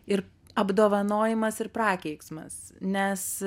ir apdovanojimas ir prakeiksmas nes